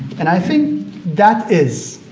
and i think that is